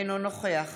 אינו נוכח